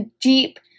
deep